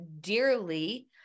dearly